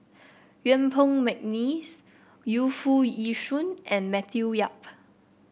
Yuen Peng McNeice Yu Foo Yee Shoon and Matthew Yap